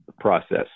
process